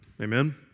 Amen